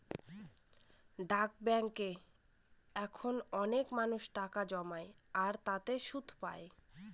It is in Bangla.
ডাক ব্যাঙ্কে এখন অনেক মানুষ টাকা জমায় আর তাতে সুদ পাই